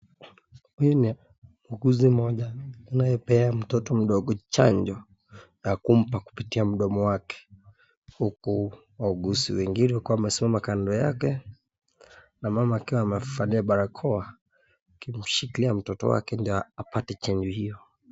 Huyu ni mguze mmoja anayepea mtoto mdogo chanjo ya kumpa kupitia mdomo wake huku wauguzi wengine wakiwa wamesimama kando yake na mama akiwa amefalia barakoa akimshikilia mtoto wake ndio apate chanjo hiyo.